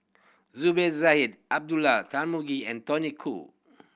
Zubir Said Abdullah Tarmugi and Tony Khoo